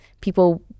people